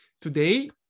today